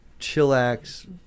chillax